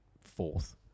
fourth